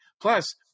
Plus